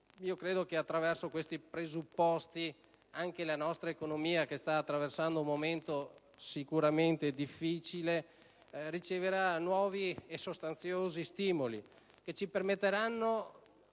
Credo che, attraverso questi presupposti, anche la nostra economia, che sta attraversando un momento sicuramente difficile, riceverà nuovi e sostanziosi stimoli, che ci permetteranno